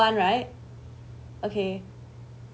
fun right okay